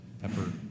pepper